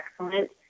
excellent